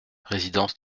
résidence